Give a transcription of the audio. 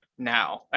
now